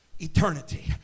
Eternity